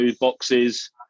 boxes